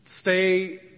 stay